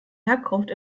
herkunft